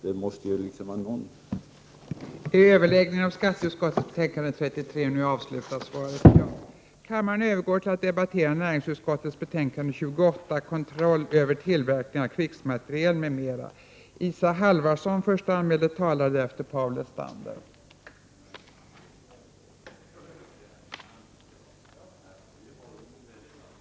Det måste ju ändå vara någon ordning på det hela.